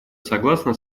согласно